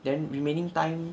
then remaining time